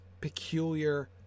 peculiar